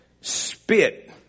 spit